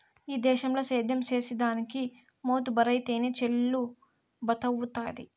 ఈ దేశంల సేద్యం చేసిదానికి మోతుబరైతేనె చెల్లుబతవ్వుతాది